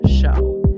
show